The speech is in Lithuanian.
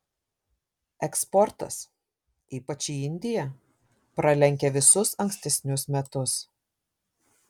eksportas ypač į indiją pralenkia visus ankstesnius metus